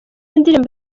ndirimbo